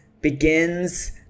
begins